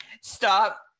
stop